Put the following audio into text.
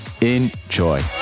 Enjoy